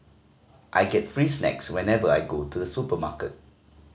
I get free snacks whenever I go to the supermarket